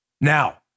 Now